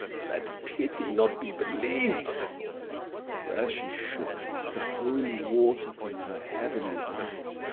let pity not be believ'd there she shook the holy water from her heavenly eyes,